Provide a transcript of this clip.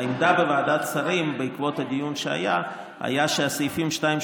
העמדה בוועדת שרים בעקבות הדיון שהיה היא שהסעיפים 2,